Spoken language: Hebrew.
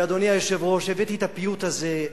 אדוני היושב-ראש, הבאתי את הפיוט הזה,